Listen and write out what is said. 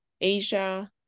Asia